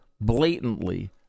blatantly